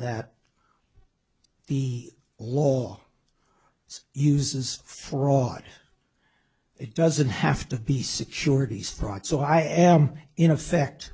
that the law it's use is flawed it doesn't have to be securities fraud so i am in effect